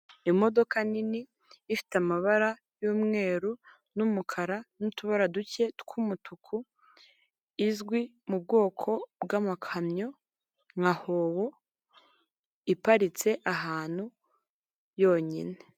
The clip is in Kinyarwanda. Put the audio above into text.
Imodoka nini ifite amabara y'umweru n'umukara n'utubara duke tw'umutuku izwi mu bwoko bw'amakamyo nka hoho iparitse ahantu yonyine.